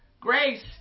Grace